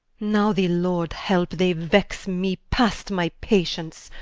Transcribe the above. now the lord helpe, they vexe me past my patience,